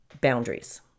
boundaries